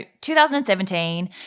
2017